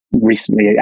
recently